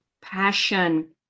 Passion